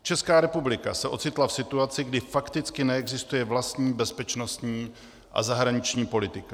Česká republika se ocitla v situaci, kdy fakticky neexistuje vlastní bezpečnostní a zahraniční politika.